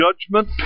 judgment